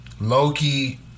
Loki